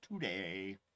today